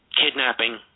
Kidnapping